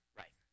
right